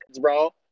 bro